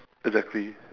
exactly